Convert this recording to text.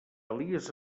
elies